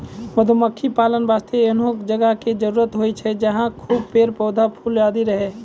मधुमक्खी पालन वास्तॅ एहनो जगह के जरूरत होय छै जहाँ खूब पेड़, पौधा, फूल आदि रहै